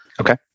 Okay